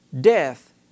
Death